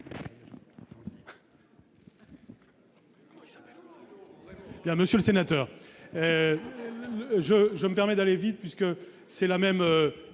monsieur le sénateur, je je me permet d'aller vite, puisque c'est la même